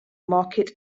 market